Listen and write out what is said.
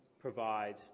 provide